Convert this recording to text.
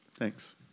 Thanks